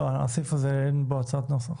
לא, הסעיף הזה, אין בו הצעת נוסח.